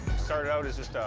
started out as just a,